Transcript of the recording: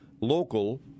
local